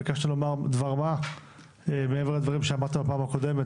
ביקשת לומר דבר מה מעבר לדברים שאמרת בפעם הקודמת.